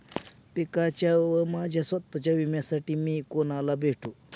पिकाच्या व माझ्या स्वत:च्या विम्यासाठी मी कुणाला भेटू?